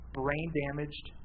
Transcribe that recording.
brain-damaged